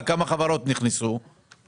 היו הנפקות יפות בשנתיים האלה.